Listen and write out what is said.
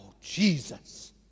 Jesus